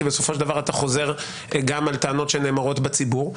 כי בסופו של דבר אתה חוזר גם על טענות שנאמרות בציבור,